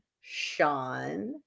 Sean